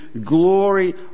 glory